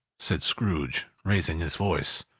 said scrooge, raising his voice.